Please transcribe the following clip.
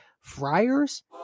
Friars